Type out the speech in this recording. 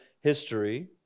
history